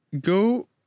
go